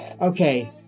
Okay